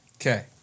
Okay